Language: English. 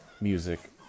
music